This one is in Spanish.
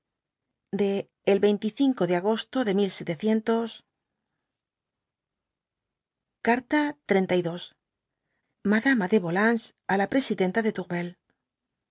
de el de agosto de carta ix madama de volanges á la presidenta de